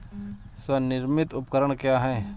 स्वनिर्मित उपकरण क्या है?